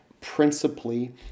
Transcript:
Principally